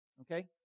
Okay